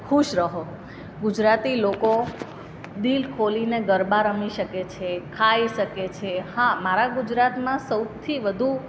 ખુશ રહો ગુજરાતી લોકો દિલ ખોલીને ગરબા રમી શકે છે ખાઈ શકે છે હા મારા ગુજરાતમાં સૌથી વધુ